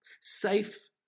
safe